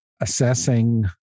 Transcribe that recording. assessing